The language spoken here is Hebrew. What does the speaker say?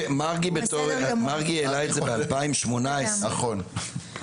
מרגי העלה את זה ב-2018 בוועדה.